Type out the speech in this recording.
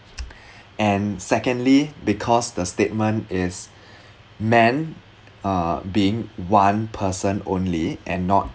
and secondly because the statement is man uh being one person only and not